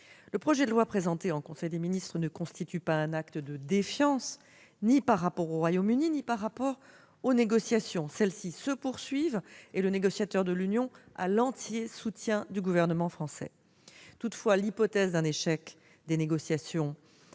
Le projet de loi présenté en conseil des ministres ne constitue pas un acte de défiance, ni à l'encontre du Royaume-Uni ni à l'encontre des négociations : celles-ci se poursuivent et le négociateur de l'Union a l'entier soutien du gouvernement français. Toutefois, l'hypothèse d'un échec des négociations,